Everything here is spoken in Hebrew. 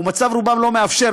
ומצב רובם לא מאפשר,